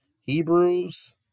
Hebrews